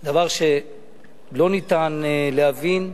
זה דבר שלא ניתן להבין.